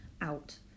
out